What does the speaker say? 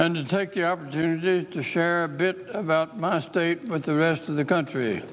and to take the opportunity to share a bit about my state with the rest of the country